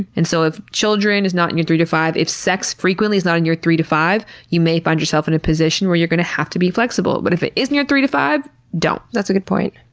and so, if children is not in your three to five, if sex frequently is not in your three to five, you may find yourself in a position where you're going to have to be flexible. but if it is in your three to five, don't. that's a good point.